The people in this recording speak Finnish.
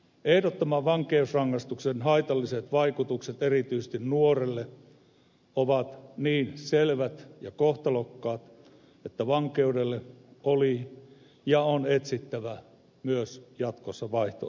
ehdottoman vankeusrangaistuksen haitalliset vaikutukset erityisesti nuorelle ovat niin selvät ja kohtalokkaat että vankeudelle oli ja on etsittävä myös jatkossa vaihtoehtoja